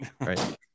right